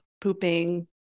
pooping